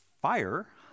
fire